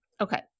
Okay